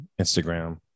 Instagram